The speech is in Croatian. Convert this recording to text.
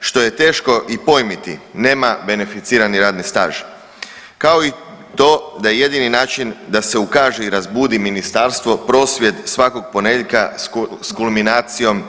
što je teško i pojmiti nema beneficirani radni staž, kao i to da jedini način da se ukaže i razbudi ministarstvo prosvjed svakog ponedjeljaka s kulminacijom